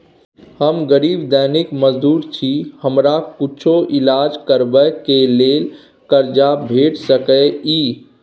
हम गरीब दैनिक मजदूर छी, हमरा कुछो ईलाज करबै के लेल कर्जा भेट सकै इ?